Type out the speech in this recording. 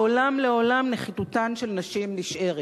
לעולם לעולם נחיתותן של נשים נשארת,